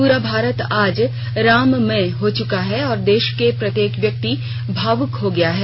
पूरा भारत आज राममय हो चुका है और देश के प्रत्येक व्यक्ति भावुक हो गया है